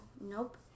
Nope